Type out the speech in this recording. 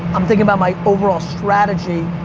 i'm thinking about my overall strategy,